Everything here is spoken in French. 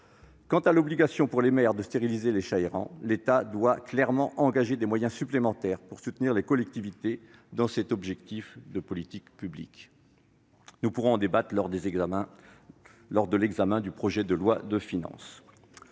France. L'obligation pour les maires de stériliser les chats errants a été abordée. L'État doit clairement engager des moyens supplémentaires pour soutenir les collectivités dans cet objectif de politique publique. Nous pourrons en débattre lors de l'examen du projet de loi de finances.